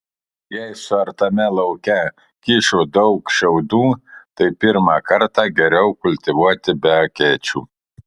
jei suartame lauke kyšo daug šiaudų tai pirmą kartą geriau kultivuoti be akėčių